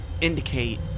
indicate